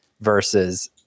versus